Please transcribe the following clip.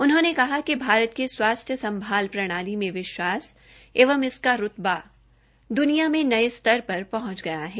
उन्होंने कहा कि भारत के स्वास्थ्य संभाल प्रणाली में विश्वास एवं इसका रूतवा दुनिया में नये स्तर पर पहंच गया है